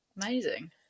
amazing